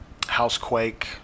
Housequake